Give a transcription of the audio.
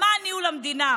למען ניהול המדינה.